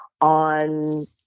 on